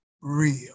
real